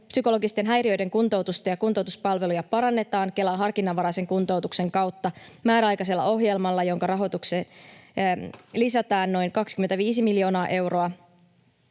neuropsykologisten häiriöiden kuntoutusta ja kuntoutuspalveluja parannetaan Kelan harkinnanvaraisen kuntoutuksen kautta määräaikaisella ohjelmalla, jonka rahoitukseen lisätään noin 25 miljoonaa euroa.